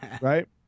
Right